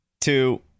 two